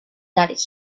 that